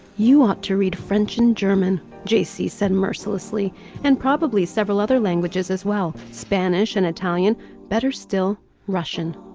you ought to read french and german. j c. said mercilessly and probably several other languages as well spanish and italian better still russian.